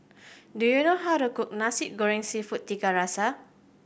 do you know how to cook Nasi Goreng Seafood Tiga Rasa